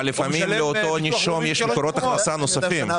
אבל לפעמים לאותו נישום יש מקורות הכנסה נוספים,